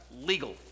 legal